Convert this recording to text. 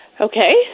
Okay